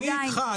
אני אתך.